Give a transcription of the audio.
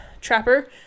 Trapper